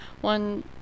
one